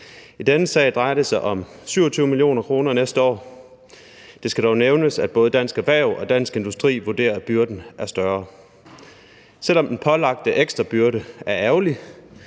I denne sag drejer det sig om 27 mio. kr. næste år. Det skal dog nævnes, at både Dansk Erhverv og Dansk Industri vurderer, at byrden er større. Selv om den pålagte ekstra byrde er ærgerlig,